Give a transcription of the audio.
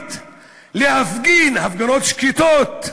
הערבית להפגין הפגנות שקטות,